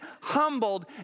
humbled